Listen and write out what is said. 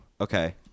Okay